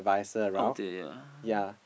out there yeah